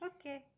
okay